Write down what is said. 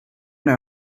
know